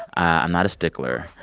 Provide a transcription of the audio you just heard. i'm not a stickler.